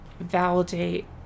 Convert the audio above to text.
validate